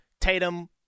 Tatum